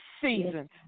season